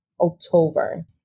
October